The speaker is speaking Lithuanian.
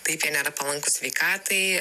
taip jie nėra palankūs sveikatai